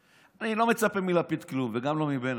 אני לא מצפה מלפיד לכלום וגם לא מבנט,